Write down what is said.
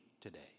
today